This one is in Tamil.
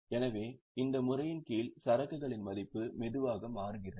எனவே இந்த முறையின் கீழ் சரக்குகளின் மதிப்பு மெதுவாக மாறுகிறது